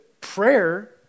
prayer